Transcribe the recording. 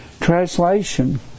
translation